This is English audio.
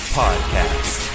podcast